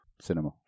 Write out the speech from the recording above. cinema